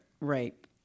rape